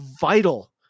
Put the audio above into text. vital